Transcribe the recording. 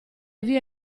via